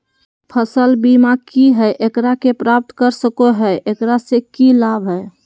फसल बीमा की है, एकरा के प्राप्त कर सको है, एकरा से की लाभ है?